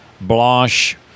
Blanche